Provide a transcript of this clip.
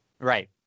Right